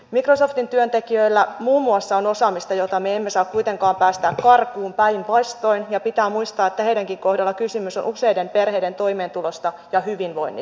microsoftin työntekijöillä muun muassa on osaamista jota me emme saa kuitenkaan päästää karkuun päinvastoin ja pitää muistaa että heidänkin kohdallaan kysymys on useiden perheiden toimeentulosta ja hyvinvoinnista